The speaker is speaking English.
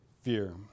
fear